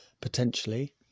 potentially